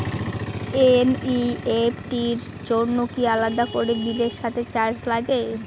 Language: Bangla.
এন.ই.এফ.টি র জন্য কি আলাদা করে বিলের সাথে চার্জ লাগে?